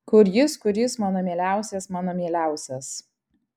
kur jis kur jis mano mieliausias mano mieliausias